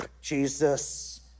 Jesus